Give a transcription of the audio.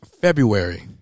February